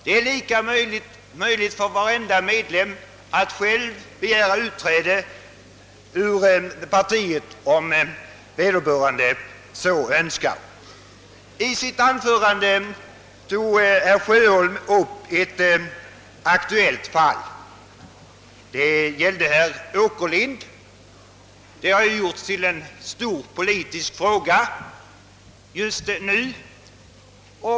Det är lika möjligt för varje medlem att själv begära utträde ur partiet, om vederbörande så önskar. I sitt anförande tog herr Sjöholm upp ett aktuellt fall. Det gällde herr Åkerlind. Denna sak har gjorts till en stor politisk diskussionsfråga just nu.